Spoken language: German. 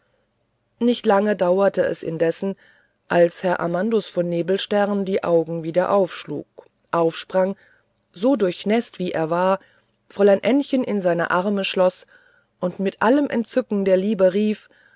nicht lange dauerte es indessen als herr amandus von nebelstern die augen wieder aufschlug aufsprang so durchnäßt wie er war fräulein ännchen in seine arme schloß und mit allem entzücken der liebe rief